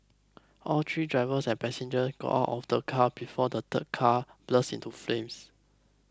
all three drivers and passengers got out of the car before the third car burst into flames